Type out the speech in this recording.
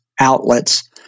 outlets